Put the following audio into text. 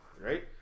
right